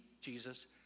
Jesus